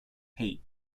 hate